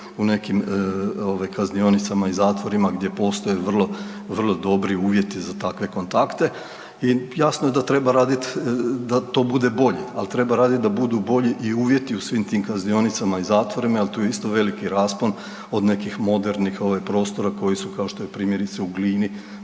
u nekim kaznionicama i zatvorima gdje postoje vrlo dobri uvjeti za takve kontakte i jasno je da treba raditi da to bude bulje, ali treba raditi da budu bolji i uvjeti u svim tim kaznionicama i zatvorima jel tu je isto veliki raspon od nekih modernih prostora koji su kao što je primjerice u Glini